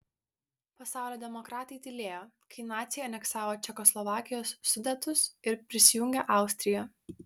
pasaulio demokratai tylėjo kai naciai aneksavo čekoslovakijos sudetus ir prisijungė austriją